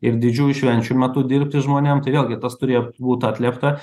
ir didžiųjų švenčių metu dirbti žmonėm tai vėlgi tas turėtų būt atliepta